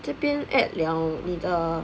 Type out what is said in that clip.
这边 add 了你的